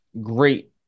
great